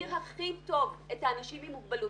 שמכיר הכי טוב את האנשים עם מוגבלות,